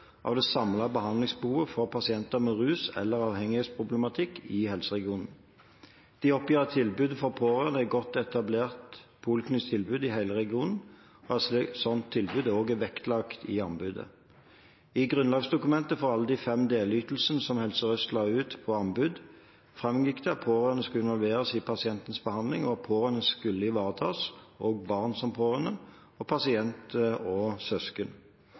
av det samlede behandlingsbehovet for pasienter med rus- eller avhengighetsproblematikk i helseregionen. De oppgir at tilbudet for pårørende er et godt etablert poliklinisk tilbud i hele regionen, og at et slikt tilbud også er vektlagt i anbudet. I grunnlagsdokumentet for alle de fem delytelsene som Helse Sør-Øst la ut på anbud, framgikk det at pårørende skal involveres i pasientens behandling. Pårørende skal ivaretas, også barn og pasientens søsken, og det skal gis pasient- og